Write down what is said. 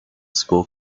school